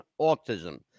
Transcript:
autism